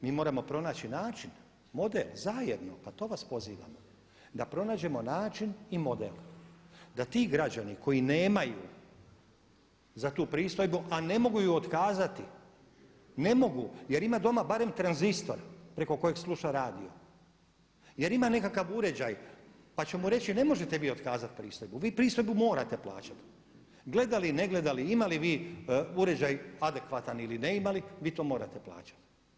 Mi moramo pronaći način, model, zajedno a to vas pozivamo da pronađemo način i model da ti građani koji nemaju za tu pristojbu, a ne mogu je otkazati, ne mogu jer imaju doma barem tranzistor preko kojeg sluša radio, jer ima nekakav uređaj pa će mu reći ne možete vi otkazati pristojbu, vi pristojbu morate plaćati gledali ili ne gledali, imali vi uređaj adekvatan ili ne imali vi to morate plaćati.